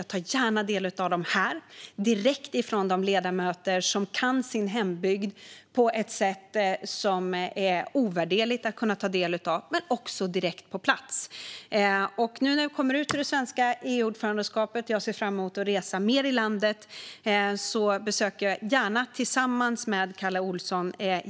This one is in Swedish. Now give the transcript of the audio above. Jag tar gärna emot dem här från de ledamöter som kan sin hembygd på ett sätt som är ovärderligt att kunna ta del av, men också direkt på plats. Nu när vi kommer ut ur det svenska EU-ordförandeskapet ser jag fram emot att kunna resa mer i landet. Jag besöker gärna Jämtland tillsammans med Kalle Olsson.